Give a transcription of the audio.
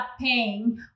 paying